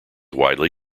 widely